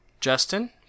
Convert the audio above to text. Justin